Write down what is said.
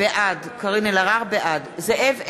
בעד זאב אלקין,